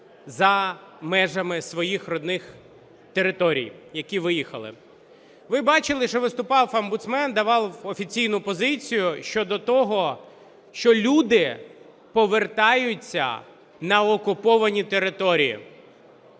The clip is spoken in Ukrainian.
за межами своїх рідних територій, які виїхали. Ви бачили, що виступав омбудсмен, давав офіційну позицію щодо того, що люди повертаються на окуповані території.